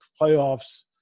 playoffs –